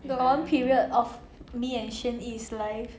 the one period of me and shin yi's life